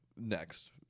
next